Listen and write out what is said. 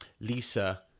Lisa